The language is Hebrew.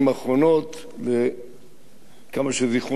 עד כמה שזיכרוני לא מטעה אותי,